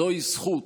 זוהי זכות,